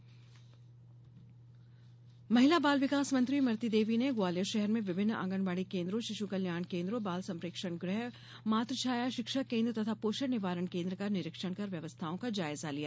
इमरती देवी महिला बाल विकास मंत्री इमरती देवी ने ग्वालियर शहर में विभिन्न आँगनवाड़ी केन्द्रों शिशु कल्याण केन्द्रों बाल संप्रेक्षण गृह मातुछाया शिक्षा केन्द्र तथा पोषण निवारण केन्द्र का निरीक्षण कर व्यवस्थाओं का जायजा लिया